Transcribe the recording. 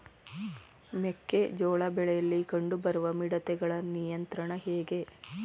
ಮೆಕ್ಕೆ ಜೋಳ ಬೆಳೆಯಲ್ಲಿ ಕಂಡು ಬರುವ ಮಿಡತೆಗಳ ನಿಯಂತ್ರಣ ಹೇಗೆ?